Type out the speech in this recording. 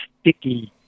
sticky